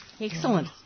Excellent